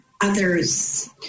others